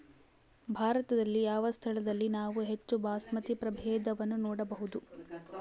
ಭಾರತದಲ್ಲಿ ಯಾವ ಸ್ಥಳದಲ್ಲಿ ನಾವು ಹೆಚ್ಚು ಬಾಸ್ಮತಿ ಪ್ರಭೇದವನ್ನು ನೋಡಬಹುದು?